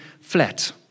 flat